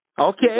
Okay